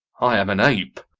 i am an ape.